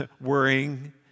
worrying